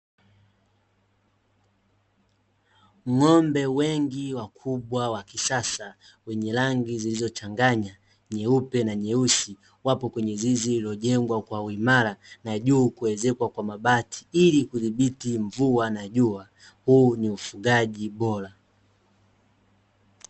Ng'ombe wengi wakubwa, wakisasa, wenye rangi zilizochanganya, (nyeupe na nyeusi), wapo kwenye zizi lililojengwa kwa uimara na juu kuezekwa kwa mabati, ili kudhibiti mvua na jua; huu ni ufugaji bora.